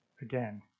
again